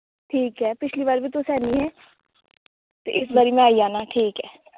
ठीक ऐ पिच्छली बारी बी तुस ऐ निं हे ते इस बारी में आई जाना ठीक ऐ